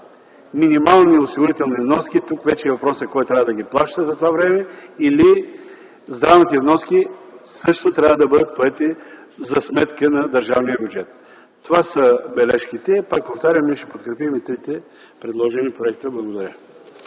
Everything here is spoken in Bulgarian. минимални осигурителни вноски, тук вече въпросът е – кой трябва да ги плаща за това време, или здравните вноски също трябва да бъдат поети за сметка на държавния бюджет. Това са бележките. Пак повтарям, ние ще подкрепим и трите предложени проекта. Благодаря.